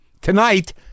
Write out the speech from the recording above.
tonight